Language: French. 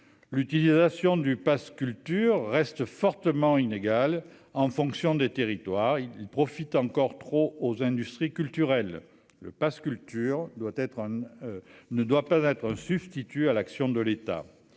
l'utilisation du Pass culture reste fortement inégal en fonction des territoires, il profite encore trop aux industries culturelles, le Pass culture doit être ne doit pas être substitut à l'action de l'État